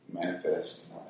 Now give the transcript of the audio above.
manifest